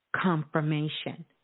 confirmation